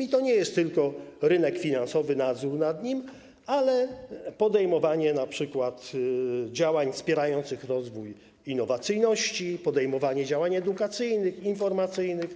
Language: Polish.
I to nie jest tylko rynek finansowy, nadzór nad nim, ale także np. podejmowanie działań wspierających rozwój innowacyjności, podejmowanie działań edukacyjnych, informacyjnych,